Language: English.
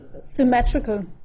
symmetrical